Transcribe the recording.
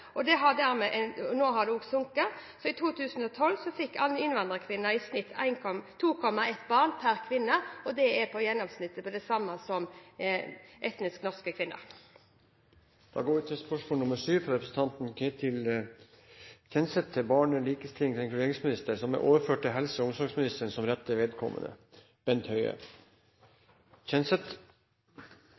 og tallet har nå sunket: I 2012 fikk innvandrerkvinner 2,1 barn per kvinne, og det gjennomsnittet er det samme som hos etnisk norske kvinner. Da går Stortinget til spørsmål 7, som er fra representanten Ketil Kjenseth til barne-, likestillings- og inkluderingsministeren. Spørsmålet er overført til helse- og omsorgsministeren som rette vedkommende.